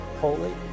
holy